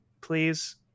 please